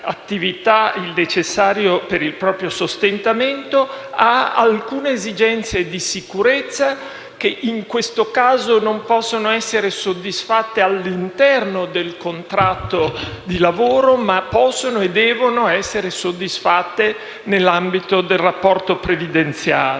il necessario per il proprio sostentamento, ha alcune esigenze di sicurezza. Esigenze che, in questo caso, non possono essere soddisfatte all'interno del contratto di lavoro, ma possono e devono essere soddisfatte nell'ambito del rapporto previdenziale.